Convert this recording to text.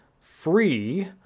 free